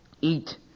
eat